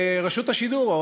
רשות השידור,